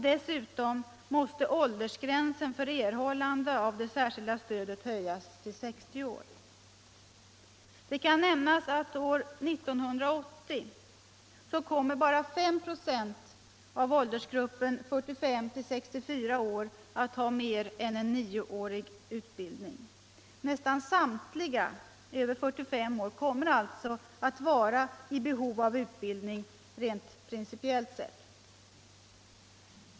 Dessutom måste åldersgränsen för erhållande av det särskilda stödet höjas till 60 år. Det kan nämnas att år 1980 kommer bara 5 96 av åldersgruppen 45-64 år att ha mer än 9-årig utbildning. Nästan samtliga över 45 år kommer alltså att vara i behov av utbildning, rent principiellt sett.